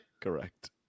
correct